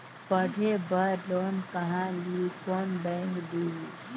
पढ़े बर लोन कहा ली? कोन बैंक देही?